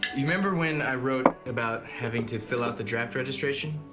remember when i wrote about having to fill out the draft registration?